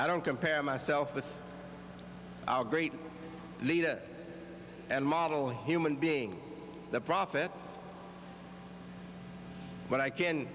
i don't compare myself with our great leader and model human being the prophet but i can